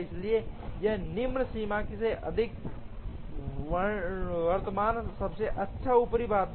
इसलिए यहाँ निम्न सीमा से अधिक है वर्तमान सबसे अच्छा ऊपरी बाध्य